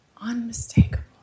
Unmistakable